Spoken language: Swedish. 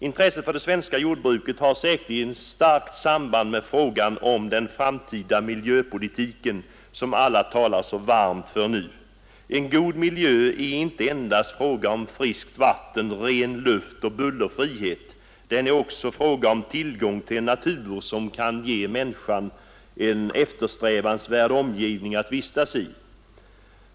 Intresset för det svenska jordbruket har säkerligen starkt samband med frågan om den framtida miljöpolitiken som alla talar så varmt för nu. God miljö är inte endast en fråga om friskt vatten, ren luft och bullerfrihet, det är också en fråga om tillgång till natur som kan ge människan en eftersträvansvärd omgivning att vistas i.